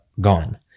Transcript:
gone